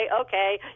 okay